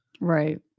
Right